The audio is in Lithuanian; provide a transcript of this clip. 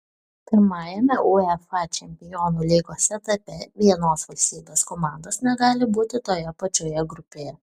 pirmajame uefa čempionų lygos etape vienos valstybės komandos negali būti toje pačioje grupėje